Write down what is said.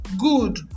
good